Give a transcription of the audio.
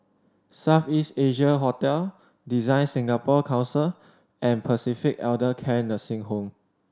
South East Asia Hotel DesignSingapore Council and Pacific Elder Care Nursing Home